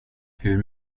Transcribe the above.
hur